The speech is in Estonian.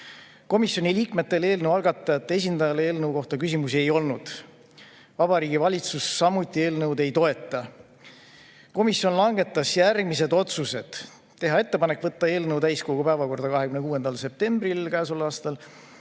Komisjoni liikmetel eelnõu algatajate esindajale eelnõu kohta küsimusi ei olnud. Vabariigi Valitsus samuti eelnõu ei toeta. Komisjon langetas järgmised otsused. [Esiteks,] teha ettepanek võtta eelnõu täiskogu päevakorda 26. septembril käesoleval aastal,